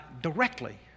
directly